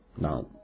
Now